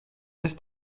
ist